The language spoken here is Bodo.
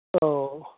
अह